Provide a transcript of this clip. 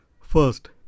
First